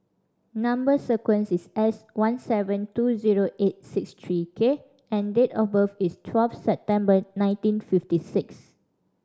number sequence is S one seven two zero eight six three K and date of birth is twelve September nineteen fifty six